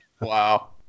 Wow